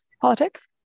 politics